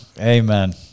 amen